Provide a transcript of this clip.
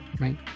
right